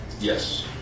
Yes